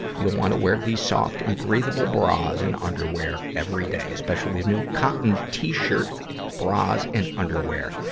you'll wanna wear these soft and breathable bras and underwear every day, especially new cotton t-shirt bras and underwear.